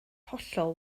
hollol